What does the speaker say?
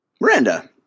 Miranda